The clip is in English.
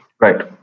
Right